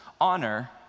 honor